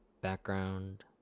background